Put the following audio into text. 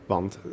Want